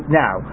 now